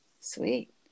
sweet